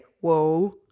whoa